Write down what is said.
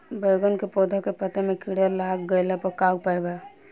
बैगन के पौधा के पत्ता मे कीड़ा लाग गैला पर का उपाय बा?